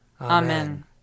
Amen